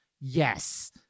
yes